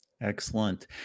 excellent